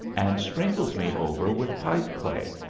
and sprinkles me over with pipe-clay,